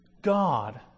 God